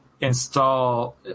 install